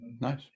nice